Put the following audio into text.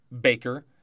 Baker